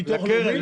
האם לביטוח הלאומי?